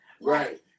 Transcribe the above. Right